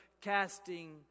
Casting